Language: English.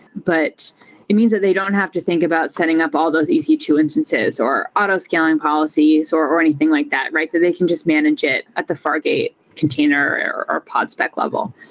but it means that they don't have to think about setting up all those e c two instances or auto-scaling policies or or anything like that, that they can just manage it at the fargate container or or pod spec level.